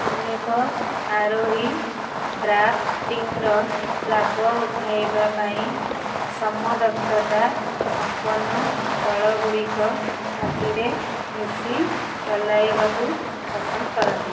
ଅନେକ ଆରୋହୀ ଡ୍ରାଫ୍ଟିଂର ଲାଭ ଉଠାଇବା ପାଇଁ ସମଦକ୍ଷତା ସମ୍ପନ୍ନ ଦଳ ଗୁଡିକ ସାଥିରେ ମିଶି ଚଲାଇବାକୁ ପସନ୍ଦ କରନ୍ତି